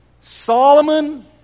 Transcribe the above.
Solomon